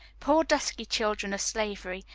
poor dusky children of slavery,